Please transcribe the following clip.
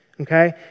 Okay